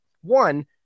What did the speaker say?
one